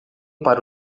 para